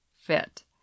fit